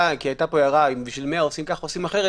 הייתה פה שאלה אם בשביל 100 עושים כך או אחרת.